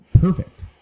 Perfect